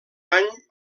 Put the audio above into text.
any